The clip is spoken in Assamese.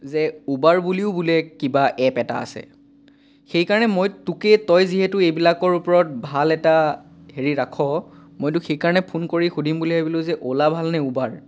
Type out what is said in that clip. যে উবাৰ বুলিও বোলে কিবা এপ এটা আছে সেইকাৰণে মই তোকেই তই যিহেতু এইবিলাকৰ ওপৰত ভাল এটা হেৰি ৰাখ মই তোক সেইকাৰণে ফোন কৰি সুধিম বুলি ভাবিলোঁ যে অ'লা ভাল ভাল নে উবাৰ